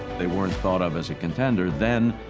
they weren't thought of as a contender. then,